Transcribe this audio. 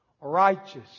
Righteous